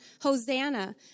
Hosanna